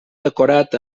decorat